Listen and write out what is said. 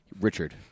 Richard